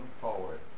forward